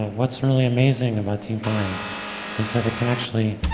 what's really amazing about deep mind is that it can actually